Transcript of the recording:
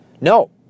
No